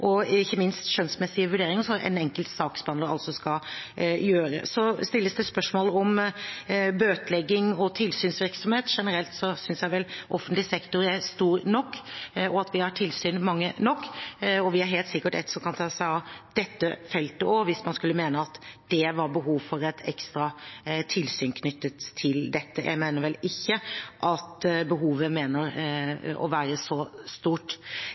Ikke minst er det skjønnsmessige vurderinger som den enkelte saksbehandler skal gjøre. Det stilles spørsmål om bøtelegging og tilsynsvirksomhet. Generelt synes jeg at offentlig sektor er stor nok, og at vi har mange nok tilsyn. Vi har helt sikkert et som kan ta seg av dette feltet også, hvis man skulle mene at det var behov for et ekstra tilsyn knyttet til dette. Jeg mener vel ikke at behovet er så stort.